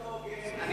מאוד לא הוגן.